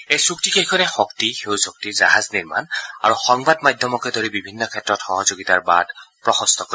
এই চুক্তিকেইখনে শক্তি সেউজ শক্তি জাহাজ নিৰ্মাণ আৰু সংবাদ মাধ্যমকে ধৰি বিভিন্ন ক্ষেত্ৰত সহযোগিতাৰ বাট প্ৰশস্ত কৰিব